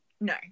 no